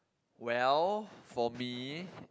well for me